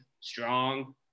strong